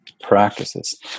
practices